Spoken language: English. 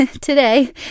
today